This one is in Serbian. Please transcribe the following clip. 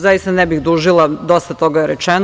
Zaista ne bih dužila, dosta toga je rečeno.